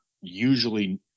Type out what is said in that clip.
usually